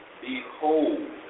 Behold